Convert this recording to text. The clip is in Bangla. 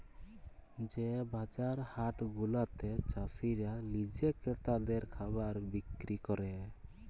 যে বাজার হাট গুলাতে চাসিরা লিজে ক্রেতাদের খাবার বিক্রি ক্যরে